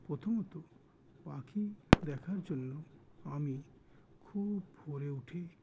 প্রথমত পাখি দেখার জন্য আমি খুব ভোরে উঠে